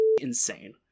insane